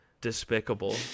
despicable